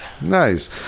Nice